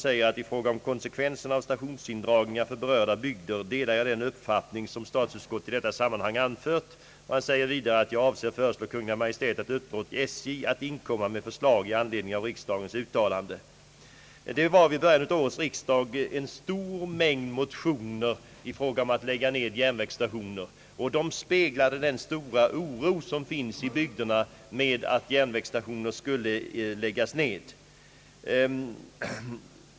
I fråga om konsekvensen av stationsindragningar för berörda bygder säger sig statsrådet dela den uppfattning, som statsutskottet i detta sammanhang anfört. Han säger vidare att han avser att föreslå Kungl. Maj:t att uppdra åt SJ att inkomma med förslag i anledning av riksdagens uttalande. Vid början av årets riksdag lämnades en stor mängd motioner i fråga om nedläggningen av järnvägsstationer. De speglade den stora oro, som finns i bygderna för att järnvägsstationer skulle läggas ned.